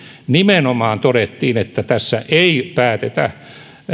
nimenomaan todettiin että tässä ei päätetä